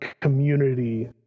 community